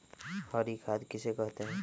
हरी खाद किसे कहते हैं?